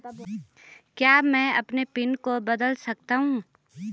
क्या मैं अपने पिन को बदल सकता हूँ?